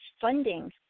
funding